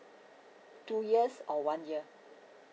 two years or one year